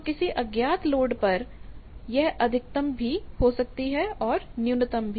तो किसी अज्ञात लोड पर यह अधिकतम भी हो सकती है और न्यूनतम भी